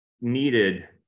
needed